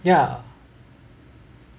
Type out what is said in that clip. ya